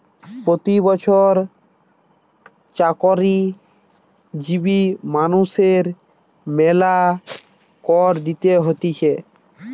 প্রতি বছর চাকরিজীবী মানুষদের মেলা কর দিতে হতিছে